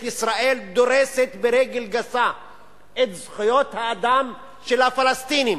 ישראל דורסת ברגל גסה את זכויות האדם של הפלסטינים,